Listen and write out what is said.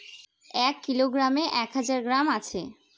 এক কিলোগ্রামে এক হাজার গ্রাম আছে